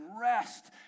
rest